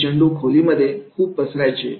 असे चेंडू खोलीमध्ये कसे पसरायचे